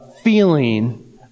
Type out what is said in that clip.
feeling